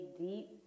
deep